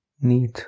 need